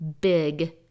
big